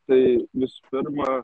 tai visų pirma